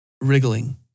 wriggling